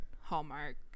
Hallmark